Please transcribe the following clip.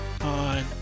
on